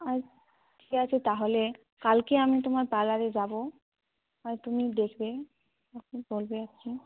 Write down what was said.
আর ঠিক আছে তাহলে কালকে আমি তোমার পার্লারে যাব আর তুমি দেখবে বলবে আর কি